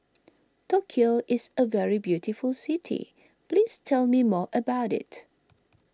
Tokyo is a very beautiful city please tell me more about it